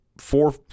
four